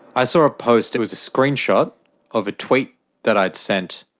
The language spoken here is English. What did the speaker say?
i saw a post, it was a screenshot of a tweet that i had sent